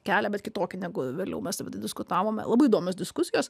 kelią bet kitokie negu vėliau mes diskutavome labai įdomios diskusijos